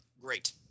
Great